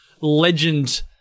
legend